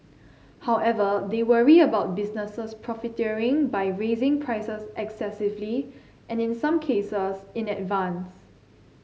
however they worry about businesses profiteering by raising prices excessively and in some cases in advance